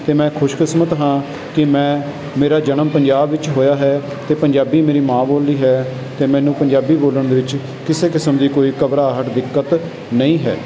ਅਤੇ ਮੈਂ ਖੁਸ਼ਕਿਸਮਤ ਹਾਂ ਕਿ ਮੈਂ ਮੇਰਾ ਜਨਮ ਪੰਜਾਬ ਵਿੱਚ ਹੋਇਆ ਹੈ ਅਤੇ ਪੰਜਾਬੀ ਮੇਰੀ ਮਾਂ ਬੋਲੀ ਹੈ ਅਤੇ ਮੈਨੂੰ ਪੰਜਾਬੀ ਬੋਲਣ ਦੇ ਵਿੱਚ ਕਿਸੇ ਕਿਸਮ ਦੀ ਕੋਈ ਘਬਰਾਹਟ ਦਿੱਕਤ ਨਹੀਂ ਹੈ